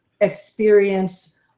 experience